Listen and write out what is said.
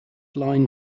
line